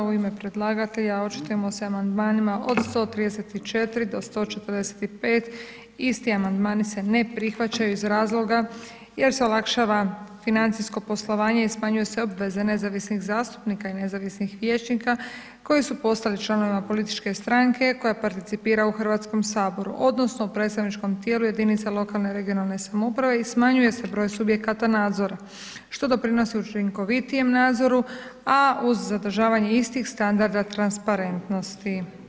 U ime predlagatelja očitujemo se o amandmanima od 134. do 145., isti amandmani se ne prihvaćaju iz razloga jer se olakšava financijsko poslovanje i smanjuju se obveze nezavisnih zastupnika i nezavisnih vijećnika koji su postali članovima političke stranke koja participira u Hrvatskom saboru odnosno u predstavničkom tijelu jedinica lokalne i regionalne samouprave i smanjuje se broj subjekata nadzora, što doprinosi učinkovitijem nadzoru a uz zadržavanje istih standarda transparentnosti.